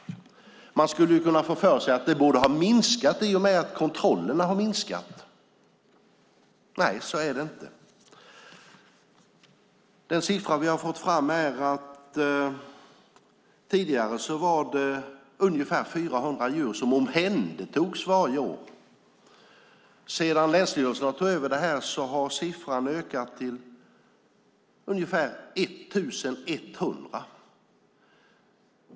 Man skulle ju kunna tro att det borde ha minskat i och med att antalet kontroller har minskat. Men så är det inte. Tidigare omhändertogs ungefär 400 djur varje år. Sedan länsstyrelserna tog över har det ökat till ungefär 1 100.